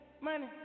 Money